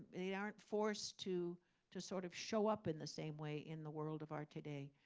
they aren't forced to to sort of show up in the same way in the world of our today.